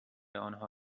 آنها